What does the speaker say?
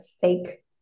fake